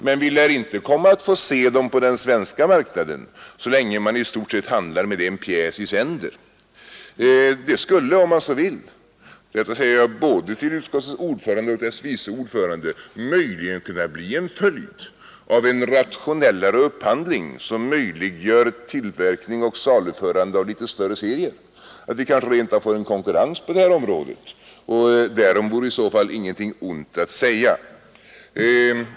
Men vi lär inte komma att få se dem på den svenska marknaden så länge man i stort sett handlar med en pjäs i sänder. Det skulle om man så vill — detta säger jag både till utskottets ordförande och till dess vice ordförande — möjligen kunna bli en följd av en rationellare upphandling som möjliggör tillverkning och saluförande av litet större serier att vi rent av får en konkurrens på det här området, och därom vore i så fall ingenting ont att säga.